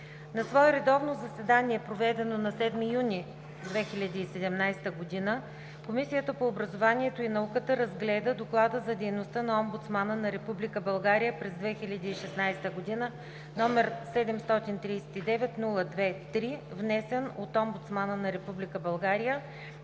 На свое редовно заседание, проведено на 7 юни 2017 г., Комисията по образованието и науката разгледа Доклада за дейността на омбудсмана на Република България през 2016 г., № 739-02-3, внесен от омбудсмана на